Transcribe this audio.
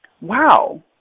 Wow